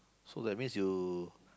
so that means you